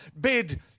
bid